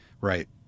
Right